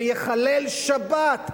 ויחלל שבת,